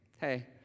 hey